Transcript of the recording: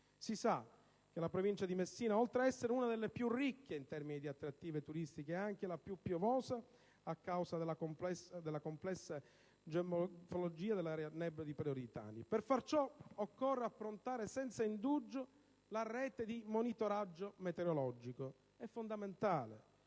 Si sa che la provincia di Messina, oltre ad essere una delle più ricche in termini di attrattive turistiche, è anche la più piovosa a causa della complessa geomorfologia dell'area Nebrodi-Peloritani. Per fare ciò occorre approntare senza indugio la rete di monitoraggio meteorologico. È fondamentale.